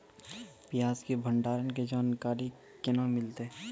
प्याज के भंडारण के जानकारी केना मिलतै?